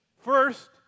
first